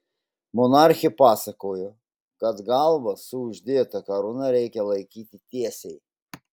monarchė pasakojo kad galvą su uždėta karūna reikia laikyti tiesiai